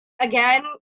again